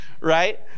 Right